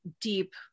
deep